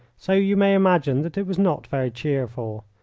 so you may imagine that it was not very cheerful.